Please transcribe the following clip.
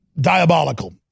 diabolical